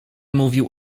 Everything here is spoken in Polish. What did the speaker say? mówił